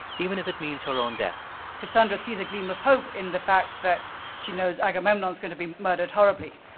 even if it means her own death cassandra sees a gleam of hope in the fact that she knows agamemnon is going to be murdered horribly.